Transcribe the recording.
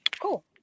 cool